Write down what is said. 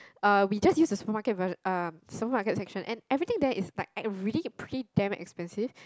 uh we just use a supermarket version uh supermarket section and everything there is like at a really pretty damn expensive